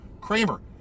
Kramer